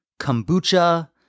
kombucha